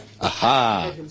aha